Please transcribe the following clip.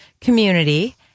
Community